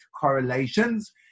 correlations